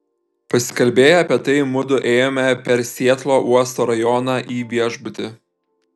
pasikalbėję apie tai mudu ėjome per sietlo uosto rajoną į viešbutį